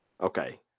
Okay